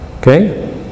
Okay